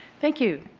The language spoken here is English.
thank you.